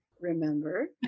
remember